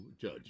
judge